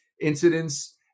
incidents